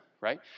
right